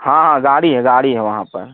हाँ हाँ गाड़ी है गाड़ी है वहाँ पर